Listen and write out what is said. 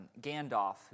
Gandalf